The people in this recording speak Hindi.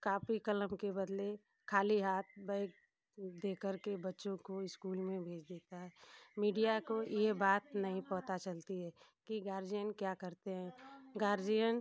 कापी कलम के बदले खाली हाथ बैग देकर के बच्चों को इस्कूल में भेज देता है मीडिया को ये बात नहीं पता चलती है कि गार्जियन क्या करते हैं गार्जियन